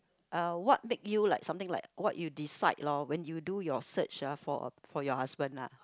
uh what make you like something like what you decide lor when you do your search ah for a for your husband lah